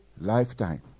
lifetime